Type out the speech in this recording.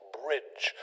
bridge